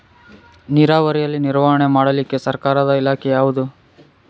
ನೇರಾವರಿಯಲ್ಲಿ ನಿರ್ವಹಣೆ ಮಾಡಲಿಕ್ಕೆ ಸರ್ಕಾರದ ಇಲಾಖೆ ಯಾವುದು?